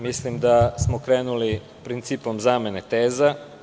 Mislim da smo krenuli principom zamene teza.